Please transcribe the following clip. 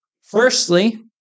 Firstly